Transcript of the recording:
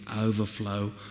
overflow